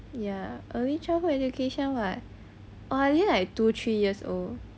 ya early childhood education what are like two three years old